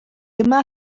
yma